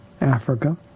Africa